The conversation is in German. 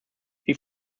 wie